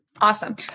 Awesome